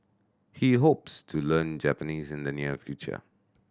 he hopes to learn Japanese in the near future